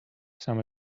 some